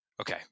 okay